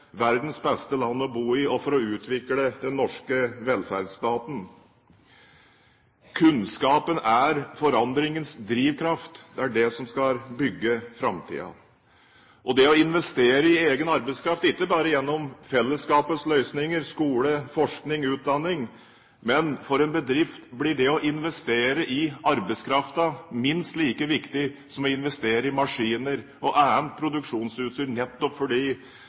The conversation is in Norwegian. verdens beste land å bo i og for å utvikle den norske velferdsstaten. Kunnskapen er forandringens drivkraft. Det er det som skal bygge framtida. Det er å investere i egen arbeidskraft, og ikke bare gjennom fellesskapets løsninger – skole, forskning, utdanning. For en bedrift blir det å investere i arbeidskraften minst like viktig som å investere i maskiner og annet produksjonsutstyr nettopp fordi